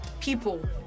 people